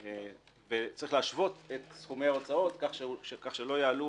צריך להשוות את סכומי ההוצאות כך שלא יעלו